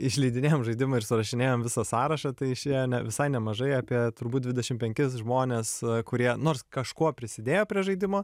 išleidinėjom žaidimą ir surašinėjom visą sąrašą tai išėjo visai nemažai apie turbūt dvidešimt penkis žmones kurie nors kažkuo prisidėjo prie žaidimo